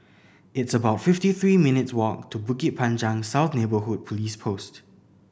it's about fifty three minutes' walk to Bukit Panjang South Neighbourhood Police Post